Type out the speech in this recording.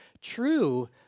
true